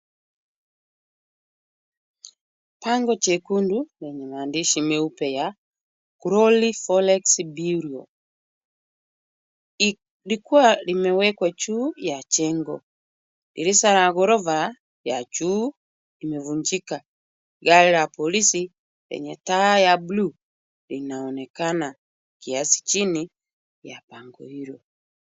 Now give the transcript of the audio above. Bango jekundu lenye maandishi meupe ya Glory Forex Bureau likiwa limewekwa juu ya jengo. Dirisha la ghorofa ya juu imevunjika. Gari la polisi yenye taa ya bluu linaonekana kiasi chini ya bango hilo.